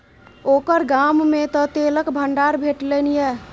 ओकर गाममे तँ तेलक भंडार भेटलनि ये